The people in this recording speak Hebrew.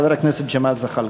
חבר הכנסת ג'מאל זחאלקה.